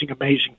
amazing